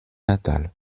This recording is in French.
natale